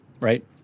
right